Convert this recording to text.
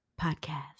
Podcast